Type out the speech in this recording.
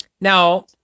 Now